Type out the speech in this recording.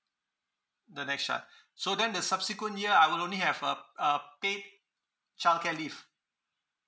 the next child so then the subsequent year I will only have a a paid childcare leave